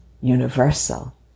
universal